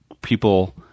people